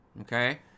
okay